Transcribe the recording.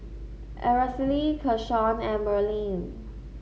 Aracely Keshawn and Merlene